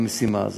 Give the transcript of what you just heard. במשימה הזאת,